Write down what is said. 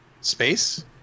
space